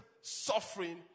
suffering